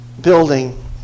building